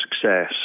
success